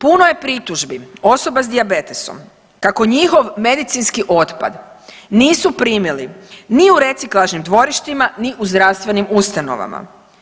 Puno je pritužbi osoba sa dijabetesom kako njihov medicinski otpad nisu primili ni u reciklažnim dvorištima, ni u zdravstvenim ustanovama.